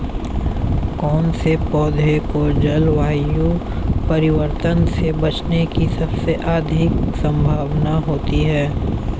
कौन से पौधे को जलवायु परिवर्तन से बचने की सबसे अधिक संभावना होती है?